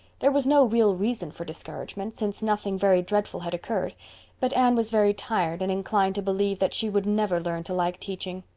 there was no real reason for discouragement, since nothing very dreadful had occurred but anne was very tired and inclined to believe that she would never learn to like teaching.